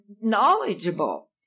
knowledgeable